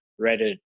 Reddit